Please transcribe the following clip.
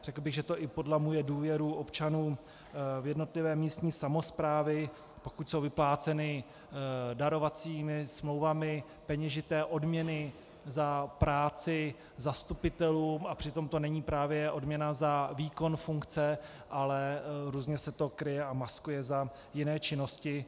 Řekl bych, že to i podlamuje důvěru občanů v jednotlivé místní samosprávy, pokud jsou vypláceny darovacími smlouvami peněžité odměny za práci zastupitelům, a přitom to není právě odměna za výkon funkce, ale různě se to kryje a maskuje za jiné činnosti.